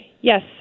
Yes